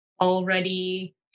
already